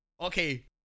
okay